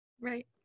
Right